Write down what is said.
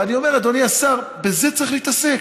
ואני אומר, אדוני השר: בזה צריך להתעסק.